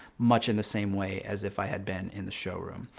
much in the same way as if i had been in the showroom.